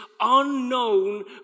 unknown